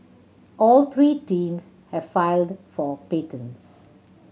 all three teams have filed for patents